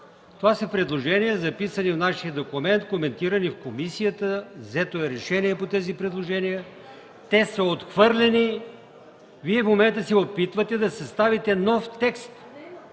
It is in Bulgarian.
Това са предложения, записани в нашия документ, коментирани в комисията, взето е решение по тези предложения. Те са отхвърлени. Вие в момента се опитвате да съставите нов текст.